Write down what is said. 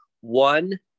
one